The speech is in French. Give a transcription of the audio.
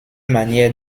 manière